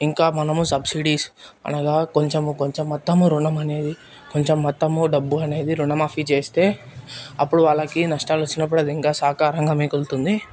ఇంకా మనము సబ్సిడీస్ అనగా కొంచెం కొంచెము మొత్తము ఋణం అనేది కొంచెం మొత్తము డబ్బు అనేది రుణమాఫీ చేస్తే అప్పుడు వాళ్ళకి నష్టాలు వచ్చినప్పుడు అది ఇంకా సహకారంగా మిగులుతుంది